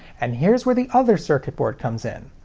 and here's where the other circuit board comes in.